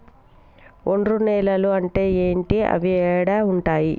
ఒండ్రు నేలలు అంటే ఏంటి? అవి ఏడ ఉంటాయి?